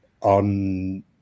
on